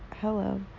Hello